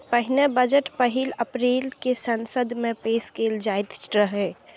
पहिने बजट पहिल अप्रैल कें संसद मे पेश कैल जाइत रहै